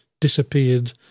disappeared